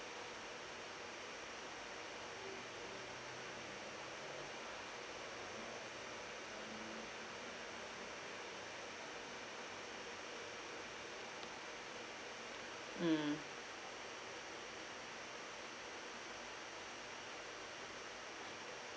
mm